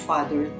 Father